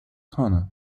corner